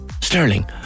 Sterling